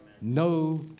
No